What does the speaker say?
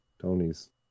Tony's